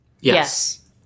Yes